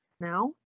Now